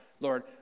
Lord